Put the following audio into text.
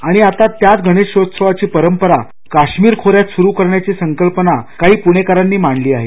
आणि आता त्याच गणेशोत्सवाची परंपरा काश्मीर खोऱ्यात सुरु करण्याची संकल्पना काही प्रणेकरांनी मांडली आहे